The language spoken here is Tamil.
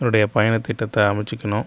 என்னுடைய பயணத்திட்டத்தை அமைச்சுக்கிணும்